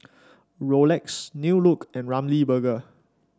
Rolex New Look and Ramly Burger